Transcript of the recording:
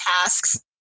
tasks